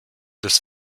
des